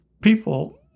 People